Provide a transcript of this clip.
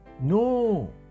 No